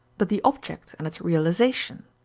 but the object and its realization.